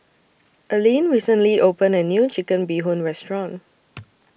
Alleen recently opened A New Chicken Bee Hoon Restaurant